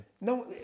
No